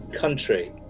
country